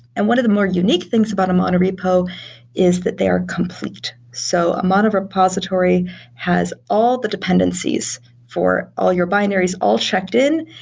and one of the more unique things about a mono repo is that they are complete. so a mono repository has all the dependencies for all your binaries all checked in,